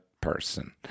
person